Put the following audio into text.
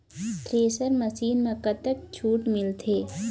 Thresher machine म कतक छूट मिलथे?